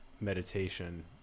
meditation